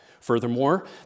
Furthermore